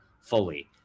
fully